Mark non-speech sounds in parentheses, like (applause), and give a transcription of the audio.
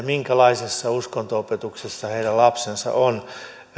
(unintelligible) minkälaisessa uskonnonopetuksessa heidän lapsensa on